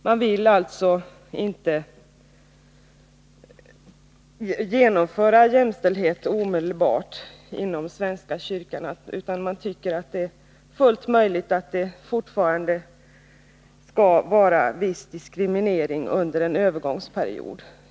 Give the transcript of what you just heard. Man vill alltså inte omedelbart genomföra jämställdhet inom svenska kyrkan, utan man tycker att det är fullt möjligt med en viss diskriminering även under en övergångsperiod.